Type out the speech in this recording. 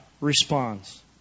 responds